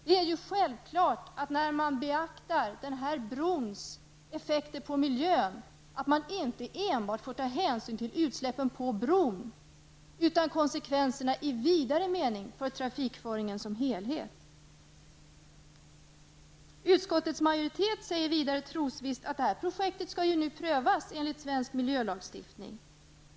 Det är ju självklart att man, när man beaktar denna bros effekter på miljön, inte får ta hänsyn till enbart utsläppen på bron utan konsekvenserna i vidare mening för trafikföringen som helhet. Utskottets majoritet säger vidare trosvisst att detta projekt nu skall prövas enligt svensk miljölagstiftning.